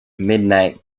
midnight